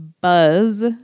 buzz